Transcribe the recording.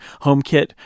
HomeKit